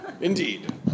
Indeed